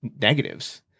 negatives